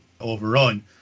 overrun